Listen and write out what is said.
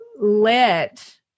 let